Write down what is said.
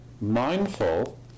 mindful